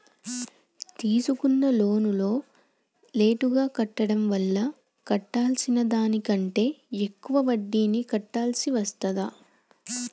తీసుకున్న లోనును లేటుగా కట్టడం వల్ల కట్టాల్సిన దానికంటే ఎక్కువ వడ్డీని కట్టాల్సి వస్తదా?